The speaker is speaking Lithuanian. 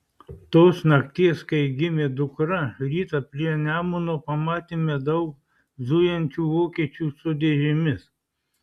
tos nakties kai gimė dukra rytą prie nemuno pamatėme daug zujančių vokiečių su dėžėmis